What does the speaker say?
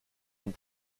nous